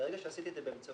ברגע שעשיתי את זה באמצעות